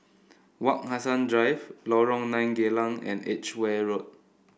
Wak Hassan Drive Lorong Nine Geylang and Edgeware Road